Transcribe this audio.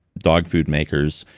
dog food makers,